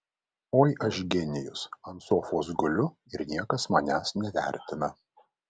oi aš genijus ant sofos guliu ir niekas manęs nevertina